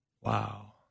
wow